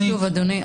אדוני,